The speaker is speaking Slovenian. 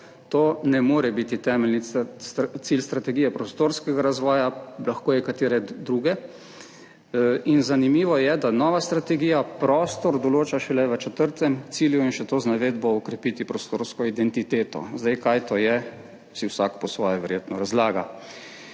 To ne more biti temeljni cilj strategije prostorskega razvoja, lahko je katere druge. In zanimivo je, da nova strategija prostor določa šele v četrtem cilju in še to z navedbo »okrepiti prostorsko identiteto«. Zdaj, kaj to je, si vsak po svoje verjetno